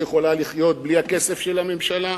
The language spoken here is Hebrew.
היא יכולה לחיות בלי הכסף של הממשלה?